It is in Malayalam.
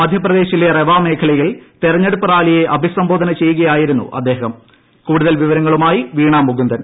മധ്യപ്രദേശിലെ റെവ മേഖലയിൽ തെരഞ്ഞെടുപ്പു റാലിയെ അഭിസംബോധന ചെയ്യുകയായിരുന്നു അദ്ദേഹം കൂടുതൽ വിവരങ്ങളുമായി വീണ മുകുന്ദൻ